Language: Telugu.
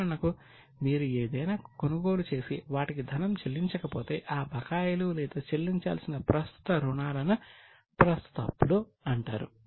ఉదాహరణకు మీరు ఏదైనా కొనుగోలు చేసి వాటికి ధనం చెల్లించకపోతే ఆ బకాయిలు లేదా చెల్లించాల్సిన ప్రస్తుత రుణాలను ప్రస్తుత అప్పులు అంటారు